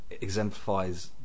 exemplifies